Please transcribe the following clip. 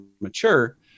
mature